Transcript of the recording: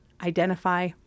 identify